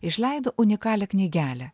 išleido unikalią knygelę